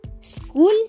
school